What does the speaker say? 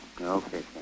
Okay